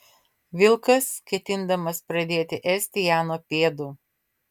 vilkas ketindamas pradėti ėsti ją nuo pėdų